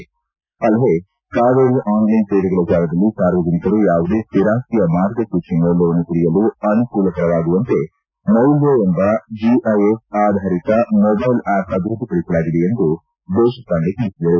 ಅಲ್ಲದೆ ಕಾವೇರಿ ಆನ್ಲೈನ್ ಸೇವೆಗಳ ಜಾಲದಲ್ಲಿ ಸಾರ್ವಜನಿಕರು ಯಾವುದೇ ಸ್ಥಿರಾಸ್ತಿಯ ಮಾರ್ಗಸೂಚಿ ಮೌಲ್ಡವನ್ನು ತಿಳಿಯಲು ಅನುಕೂಲವಾಗುವಂತೆ ಮೌಲ್ಡ ಎಂಬ ಜಿಐಎಸ್ ಆಧಾರಿತ ಮೊಬೈಲ್ ಆ್ಕಪ್ ಅಭಿವೃದ್ದಿ ಪಡಿಸಲಾಗಿದೆ ಎಂದು ದೇಶಪಾಂಡೆ ತಿಳಿಸಿದರು